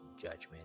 judgment